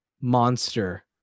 monster